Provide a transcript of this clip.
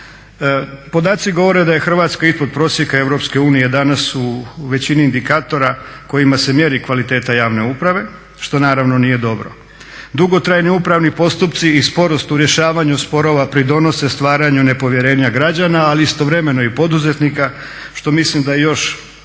Podaci govore da je Hrvatska ispod prosjeka Europske unije danas u većini indikatora kojima se mjeri kvaliteta javne uprave što naravno nije dobro. Dugotrajni upravni postupci i sporost u rješavanju sporova pridonose stvaranju nepovjerenja građana ali istovremeno i poduzetnika što mislim da je još